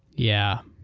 yeah,